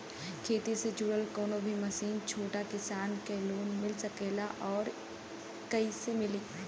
खेती से जुड़ल कौन भी मशीन छोटा किसान के लोन मिल सकेला और कइसे मिली?